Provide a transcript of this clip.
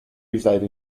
reside